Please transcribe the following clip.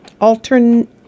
alternate